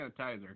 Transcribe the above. sanitizer